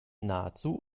nahezu